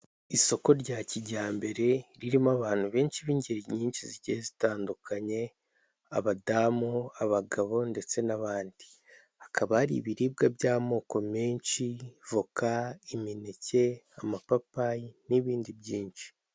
Isoko rya kijyambere ririmo abantu benshi b'ingeri nyinshi zigiye zitandukanye, abadamu, abagabo, ndetse n'abandi hakaba ari ibiribwa by'amoko menshi voka, imineke, amapapayi, n'ibindi byinshi.